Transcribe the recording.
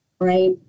right